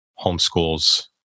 homeschools